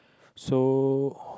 so